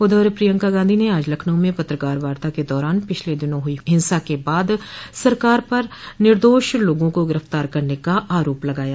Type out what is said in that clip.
उधर प्रियंका गांधी न आज लखनऊ में पत्रकार वार्ता के दौरान पिछले दिनों हुई हिंसा के बाद सरकार पर निदोष लोगों को गिरफ्तार करने आरोप लगाया